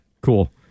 Cool